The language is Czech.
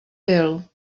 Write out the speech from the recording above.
byl